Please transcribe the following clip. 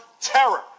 terror